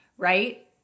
right